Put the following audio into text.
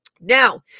Now